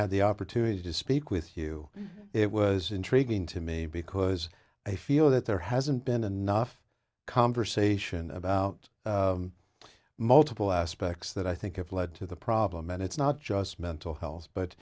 had the opportunity to speak with you it was intriguing to me because i feel that there hasn't been enough conversation about multiple aspects that i think of lead to the problem and it's not just mental health but